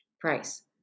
Price